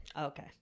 okay